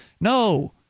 No